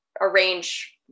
arrange